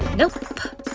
nope!